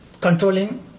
Controlling